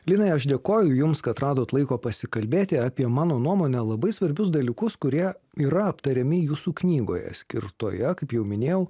linai aš dėkoju jums kad radot laiko pasikalbėti apie mano nuomone labai svarbius dalykus kurie yra aptariami jūsų knygoje skirtoje kaip jau minėjau